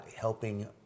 helping